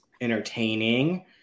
entertaining